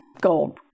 gold